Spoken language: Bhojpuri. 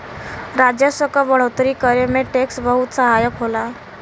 राजस्व क बढ़ोतरी करे में टैक्स बहुत सहायक होला